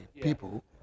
people